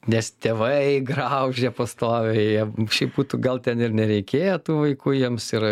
nes tėvai graužia pastoviai šiaip būtų gal ten ir nereikėję tų vaikų jiems yra